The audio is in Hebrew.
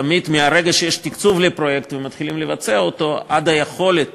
תמיד מהרגע שיש תקציב לפרויקט ומתחילים לבצע אותו ועד היכולת